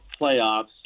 playoffs